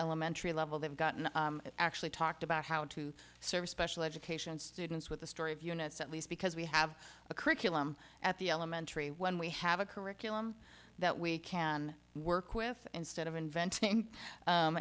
elementary level they've gotten actually talked about how to serve special education students with the story of units at least because we have a curriculum at the elementary when we have a curriculum that we can work with instead of inventing